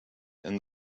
and